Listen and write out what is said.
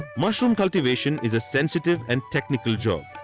mushroom cultivation is a sensitive and technical job.